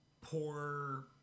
poor